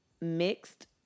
mixed